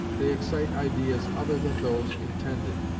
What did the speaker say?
they excite ideas other than those intended.